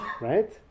right